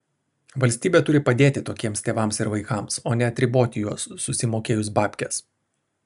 valstybė turi padėti tokiems tėvams ir vaikams o ne atriboti juos susimokėjus babkes